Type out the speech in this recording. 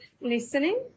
listening